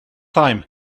time